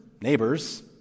neighbors